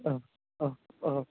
औ औ औ